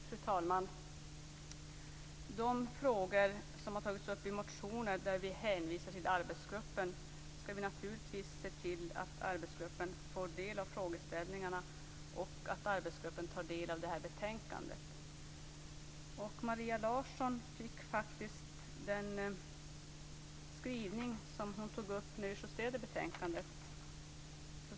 Fru talman! De frågor som tagits upp i motionen och där vi hänvisar till arbetsgruppen skall vi naturligtvis se till att arbetsgruppen får del av och att arbetsgruppen tar del av betänkandet. Maria Larsson fick faktiskt den skrivning hon tog upp justerad i betänkandet.